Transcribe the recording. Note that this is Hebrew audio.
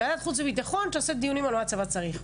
ועדת חוץ וביטחון שתעשה דיונים על מה הצבא צריך.